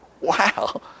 Wow